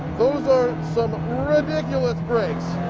those are some ridiculous brakes.